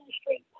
Street